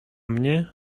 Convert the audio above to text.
mnie